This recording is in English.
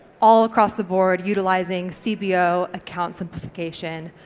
all across the board, utilising cbo, account simplification,